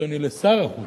אדוני, לשר החוץ.